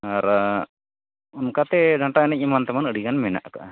ᱟᱨ ᱚᱱᱠᱟᱛᱮ ᱰᱟᱱᱴᱟ ᱮᱱᱮᱡ ᱮᱢᱟᱱᱛᱮᱢᱟᱱ ᱟᱹᱰᱤᱜᱟᱱ ᱢᱮᱱᱟᱜ ᱟᱠᱟᱫᱼᱟ